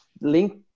Link